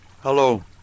Hello